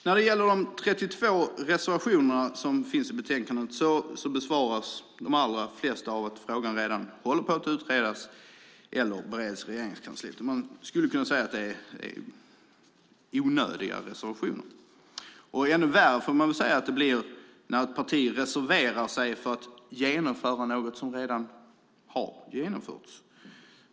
När det gäller de 32 reservationerna som finns i betänkandet besvaras de allra flesta av att frågan redan håller på att utredas eller bereds i Regeringskansliet. Man skulle kunna säga att reservationerna därför är onödiga. Ännu värre blir det när ett parti reserverar sig för att genomföra något som redan har genomförts.